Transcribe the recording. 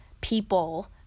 people